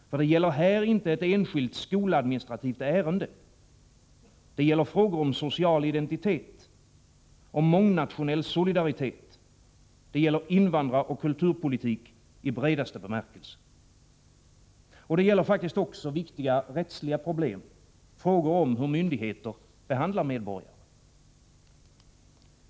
Det gäller här inte ett enskilt skoladministrativt ärende. Det gäller frågor om social identitet och om mångnationell solidaritet. Det gäller invandraroch kulturpolitik i bredaste bemärkelse. Och det gäller faktiskt också viktiga rättsliga problem, frågor om hur myndigheter behandlar medborgare.